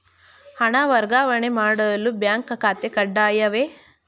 ಹಣ ವರ್ಗಾವಣೆ ಮಾಡಲು ಬ್ಯಾಂಕ್ ಖಾತೆ ಕಡ್ಡಾಯವೇ?